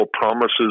promises